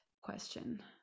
question